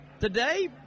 today